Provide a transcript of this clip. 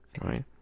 right